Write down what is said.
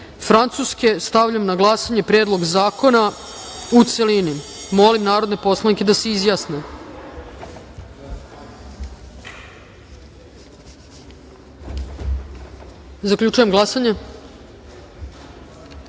u celini. Stavljam na glasanje Predlog zakona u celini. Molim narodne poslanike da se izjasne. Zaključujem glasanje: